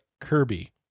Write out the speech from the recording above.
Kirby